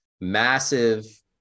massive